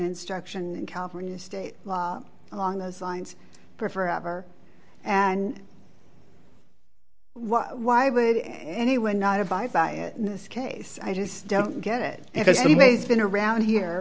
instruction in california state law along those lines for for ever and why would anyone not abide by it in this case i just don't get it and it's a maze been around here